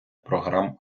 програм